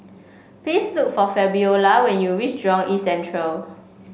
please look for Fabiola when you reach Jurong East Central